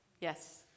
Yes